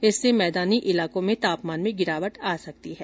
इससे मैदानी इलाकों में तापमान में गिरावट आ सकती है